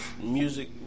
Music